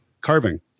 carving